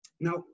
Now